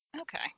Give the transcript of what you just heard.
Okay